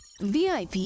VIP